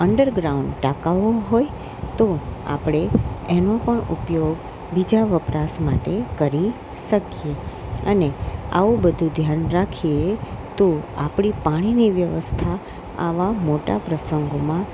underground ટાંકાઓ હોય તો આપણે એનો પણ ઉપયોગ બીજા વપરાશ માટે કરી શકીએ અને આવું બધું ધ્યાન રાખીએ તો આપણી પાણીની વ્યવસ્થા આવા મોટા પ્રસંગોમાં